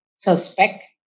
suspect